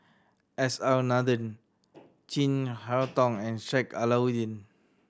S R Nathan Chin Harn Tong and Sheik Alau'ddin